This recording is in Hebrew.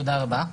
תודה רבה,